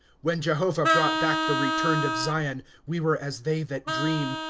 when jehovah brought back the returned of zion, we were as they that dream.